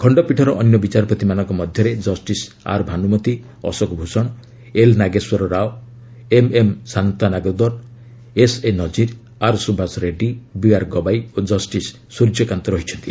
ଖଣ୍ଡପୀଠର ଅନ୍ୟ ବିଚାରପତିମାନଙ୍କ ମଧ୍ୟରେ justice R Banumathi Ashok Bhushan L Nageswara Rao M M Shantanagoudar S A Nazeer R ସ୍ରଭାଷ ରେଡ଼ୀ ବିଆର୍ ଗବାଇ ଓ କଷ୍ଟିସ୍ ସ୍ୱର୍ଯ୍ୟକାନ୍ତ ରହିଛନ୍ତି